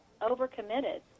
over-committed